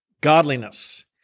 godliness